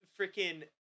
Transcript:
freaking